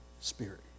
spirit